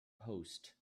post